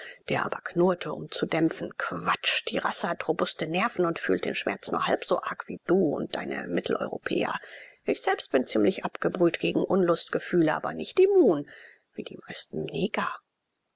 der aber knurrte um zu dämpfen quatsch die rasse hat robuste nerven und fühlt den schmerz nur halb so arg wie du und deine mitteleuropäer ich selbst bin ziemlich abgebrüht gegen unlustgefühle aber nicht immun wie die meisten neger